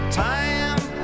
time